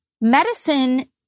medicine